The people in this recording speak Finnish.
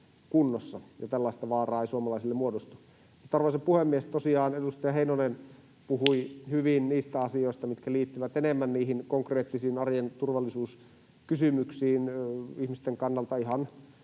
kunnossa ja tällaista vaaraa ei suomalaisille muodostu. Arvoisa puhemies! Edustaja Heinonen puhui hyvin niistä asioista, mitkä liittyvät enemmän niihin konkreettisiin arjen turvallisuuskysymyksiin. Ihmisten kannalta